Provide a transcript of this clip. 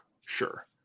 sure